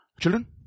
Children